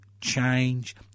change